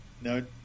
No